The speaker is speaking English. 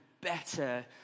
better